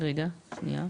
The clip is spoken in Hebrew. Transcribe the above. רגע, שנייה.